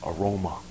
aroma